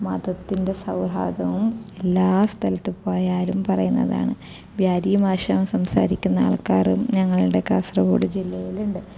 മതത്തിൻ്റെ സൗഹാർദവും എല്ലാ സ്ഥലത്തും പോയാലും പറയുന്നതാണ് ബ്യാരി ഭാഷ സംസാരിക്കുന്ന ആൾക്കാറും ഞങ്ങളുടെ കാസർഗോഡ് ജില്ലയിലുണ്ട്